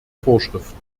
vorschriften